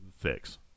fix